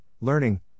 learning